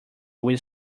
will